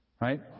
Right